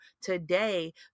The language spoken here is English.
today